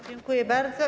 Dziękuję bardzo.